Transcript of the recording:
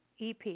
ep